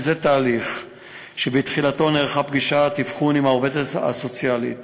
תהליך שבתחילתו נערכת פגישת אבחון עם העובדת הסוציאלית